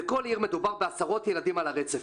בכל עיר מדובר בעשרות ילדים על הרצף,